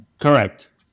Correct